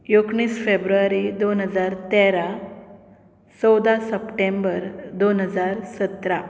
एकुणीस फेब्रुवारी दोन हजार तेरा चवदा सेप्टेंबर दोन हजार सतरा